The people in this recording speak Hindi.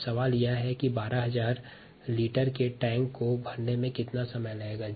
अब सवाल यह है कि इस 12000 लीटर के टैंक को भरने में कितना समय लगेगा